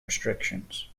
restrictions